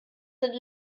sind